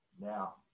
Now